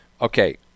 Okay